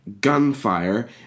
gunfire